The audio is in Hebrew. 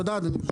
תודה, אדוני.